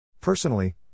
Personally